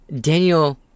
Daniel